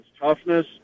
toughness